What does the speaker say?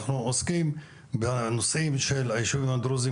אנחנו עוסקים בנושאים של הישובים הדרוזים